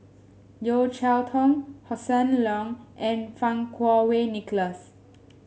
Yeo Cheow Tong Hossan Leong and Fang Kuo Wei Nicholas